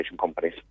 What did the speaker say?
companies